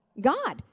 God